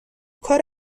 کار